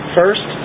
first